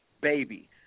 baby